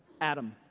Adam